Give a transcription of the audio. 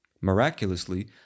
Miraculously